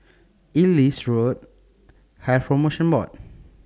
Ellis Road Health promotion Board